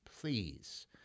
Please